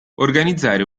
organizzare